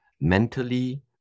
mentally